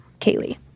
Kaylee